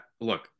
look